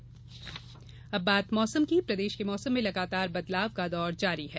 मौसम प्रदेश के मौसम में लगातार बदलाव का दौर जारी है